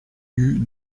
eut